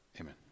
Amen